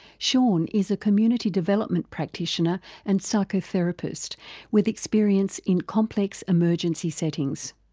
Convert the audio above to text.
shaun is a community development practitioner and psychotherapist with experience in complex emergency settings.